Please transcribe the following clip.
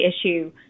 issue